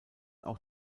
auch